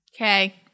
Okay